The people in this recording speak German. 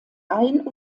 ein